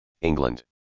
England